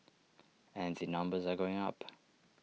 and the numbers are going up